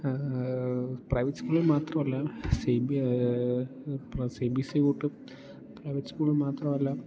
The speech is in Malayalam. പ്രൈവറ്റ് സ്കൂളിൽ മാത്രമല്ല C B C B C കൂട്ടും പ്രൈവറ്റ് സ്കൂളിൽ മാത്രമല്ല